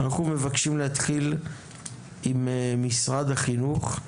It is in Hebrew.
אנחנו מבקשים להתחיל עם משרד החינוך;